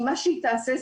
כי מה שהיא תעשה,